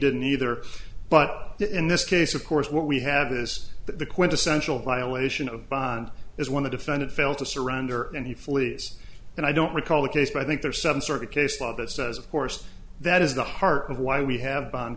didn't either but in this case of course what we have is the quintessential violation of bond is when the defendant fail to surrender and he flees and i don't recall the case but i think there's some sort of case law that says of course that is the heart of why we have b